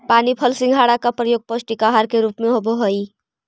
पानी फल सिंघाड़ा का प्रयोग पौष्टिक आहार के रूप में होवअ हई